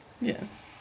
Yes